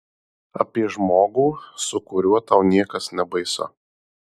apie žmogų su kuriuo tau niekas nebaisu